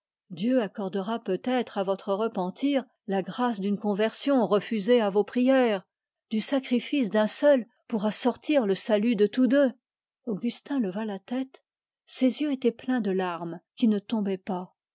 dieu accordera peut-être à votre repentir la grâce d'une conversion refusée à vos prières du sacrifice d'un seul pourra sortir le salut de tous deux augustin leva la tête ses yeux étaient pleins de larmes qui ne tombaient pas